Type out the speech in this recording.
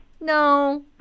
No